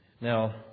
Now